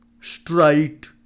straight